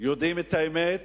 יודעים את האמת,